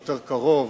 יותר קרוב